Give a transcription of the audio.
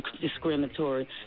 discriminatory